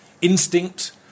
instinct